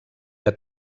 que